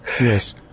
yes